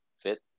fit